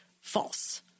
false